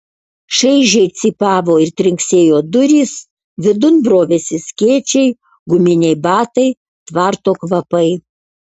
šaižiai cypavo ir trinksėjo durys vidun brovėsi skėčiai guminiai batai tvarto kvapai